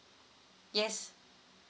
yes